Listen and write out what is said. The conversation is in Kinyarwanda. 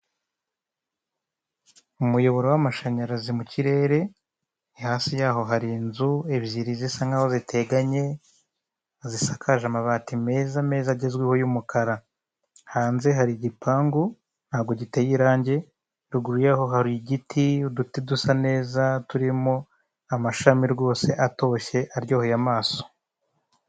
Umuyoboro w'amashanyarazi mu kirere hasi yaho hari inzu ebyiri zisa nk'aho ziteganye zisakaje amabati meza meza agezweho y'umukara, hanze hari igipangu ntago giteye irange ruguru yaho hari igiti, uditi dusa neza turimo amashami rwose atashye aryoheye amaso.